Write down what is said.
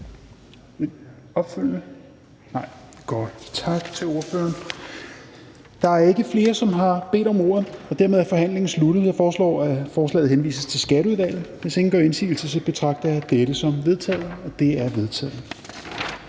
Der er ikke flere, som har bedt om ordet, og dermed er forhandlingen sluttet. Jeg foreslår, at forslaget til folketingsbeslutning henvises til Skatteudvalget. Hvis ingen gør indsigelse, betragter jeg dette som vedtaget. Det er vedtaget.